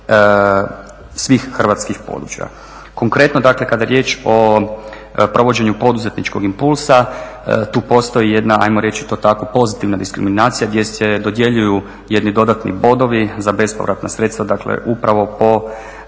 svih hrvatskih područja. Konkretno kada je riječ o provođenju poduzetničkog impulsa tu postoji jedna ajmo reći to tako pozitivna diskriminacija gdje se dodjeljuju jedni dodatni bodovi za bespovratna sredstva, dakle upravo po